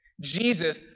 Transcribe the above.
Jesus